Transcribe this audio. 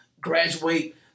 graduate